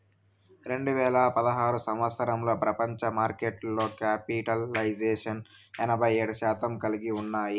రెండు వేల పదహారు సంవచ్చరంలో ప్రపంచ మార్కెట్లో క్యాపిటలైజేషన్ ఎనభై ఏడు శాతం కలిగి ఉన్నాయి